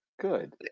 good